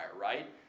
right